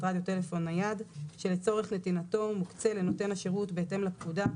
רדיו טלפון-נייד שלצורך נתינתו מוקצה לנותן השירות בהתאם לפקודה,